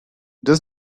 does